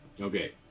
Okay